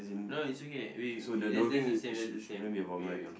no is okay we that's the same that's the same wait wait